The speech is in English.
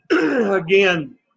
again